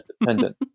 dependent